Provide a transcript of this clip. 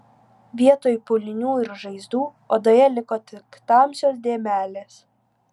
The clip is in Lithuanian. vietoj pūlinių ir žaizdų odoje liko tik tamsios dėmelės